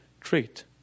trait